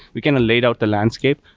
we kind of laid out the landscape.